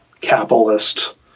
capitalist